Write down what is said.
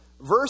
Verse